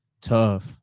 tough